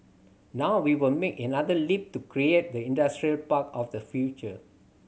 now we will make another leap to create the industrial park of the future